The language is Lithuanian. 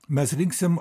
mes rinksim